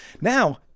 Now